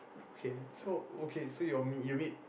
okay so okay so your you meet